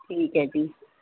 ਠੀਕ ਹੈ ਜੀ